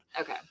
Okay